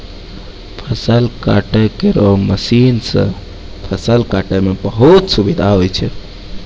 फसल काटै केरो मसीन सँ फसल काटै म बहुत सुबिधा होय छै